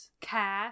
care